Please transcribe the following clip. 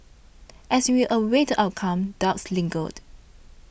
as she a awaited the outcome doubts lingered